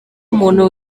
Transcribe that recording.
umuntu